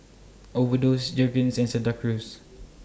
Overdose Jergens and Santa Cruz